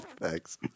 thanks